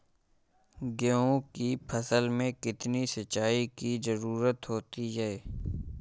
गेहूँ की फसल में कितनी सिंचाई की जरूरत होती है?